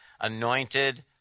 anointed